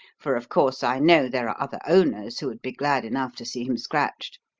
for of course i know there are other owners who would be glad enough to see him scratched.